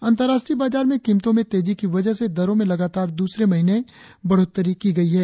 अंतर्राष्ट्रीय बाजार में कीमतों में तेजी की वजह से दरों में लगातार दूसरे महीने वृद्धि की गई है